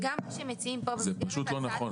גם כשמציעים פה --- זה פשוט לא נכון.